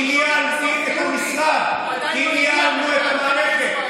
כי ניהלתי את המשרד, כי ניהלנו את המערכת.